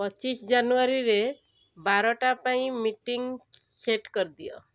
ପଚିଶ ଜାନୁଆରୀରେ ବାରଟା ପାଇଁ ମିଟିଂ ସେଟ୍ କରିଦିଅ